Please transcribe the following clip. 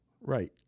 Right